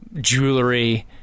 jewelry